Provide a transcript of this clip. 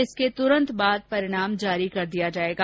इसके तुरंत बाद परिणाम जारी कर दिया जायेगा